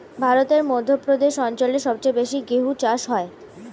ভারতের মধ্য প্রদেশ অঞ্চল সবচেয়ে বেশি গেহু চাষ হয়